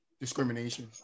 discrimination